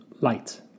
light